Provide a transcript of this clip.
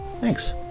Thanks